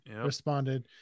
responded